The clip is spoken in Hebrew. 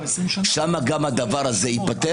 שם גם הדבר הזה ייפתר.